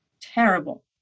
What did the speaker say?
terrible